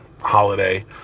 holiday